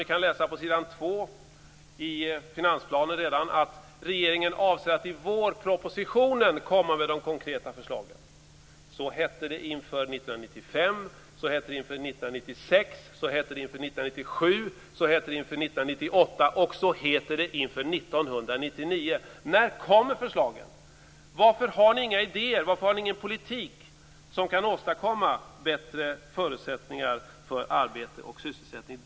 Vi kan läsa på s. 2 i finansplanen: Regeringen avser att i vårpropositionen komma med de konkreta förslagen. Så hette det inför 1995. Så hette det inför 1996. Så hette det inför 1997. Så hette det inför 1998, och så heter det inför 1999. När kommer förslagen? Varför har ni inga idéer? Varför har ni ingen politik som kan åstadkomma bättre förutsättningar för arbete och sysselsättning?